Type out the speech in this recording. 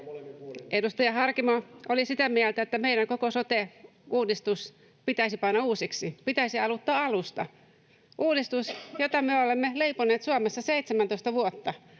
Edustaja Harkimo oli sitä mieltä, että meidän koko sote-uudistus pitäisi panna uusiksi, pitäisi aloittaa alusta uudistus, jota me olemme leiponeet Suomessa 17 vuotta